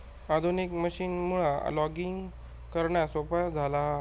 आधुनिक मशीनमुळा लॉगिंग करणा सोप्या झाला हा